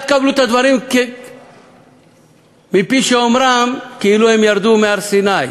אל תקבלו את הדברים מפי אומרם כאילו הם ירדו מהר-סיני.